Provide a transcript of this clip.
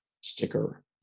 sticker